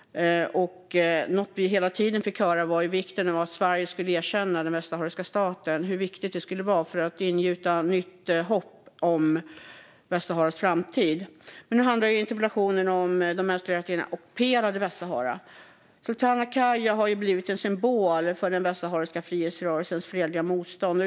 Något som vi hela tiden fick höra var vikten av att Sverige erkänner den västsahariska staten, hur viktigt det skulle vara för att ingjuta nytt hopp om Västsaharas framtid. Men nu handlar ju interpellationen om de mänskliga rättigheterna i det ockuperade Västsahara. Sultana Kayha har blivit en symbol för den västsahariska frihetsrörelsens fredliga motstånd.